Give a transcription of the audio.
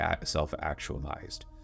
self-actualized